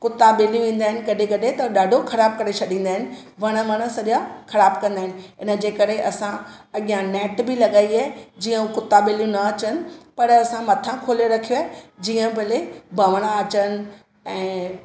कुता ॿिलियूं ईंदा आहिनि कॾहिं कॾहिं त ॾाढो ख़राबु करे छॾींदा आहिनि वण ॿण सॼा ख़राबु कंदा आहिनि इनजे करे असां अॻियां नेट भी लॻाई आहे जीअं कुता ॿिलियूं न अचनि पर असां मथां खोले रखियो आहे जीअं भले भवणां अचनि ऐं